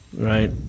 right